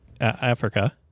Africa